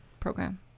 program